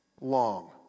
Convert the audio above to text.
long